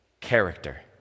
character